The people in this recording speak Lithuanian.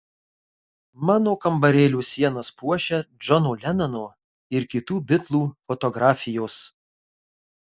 mano kambarėlio sienas puošia džono lenono ir kitų bitlų fotografijos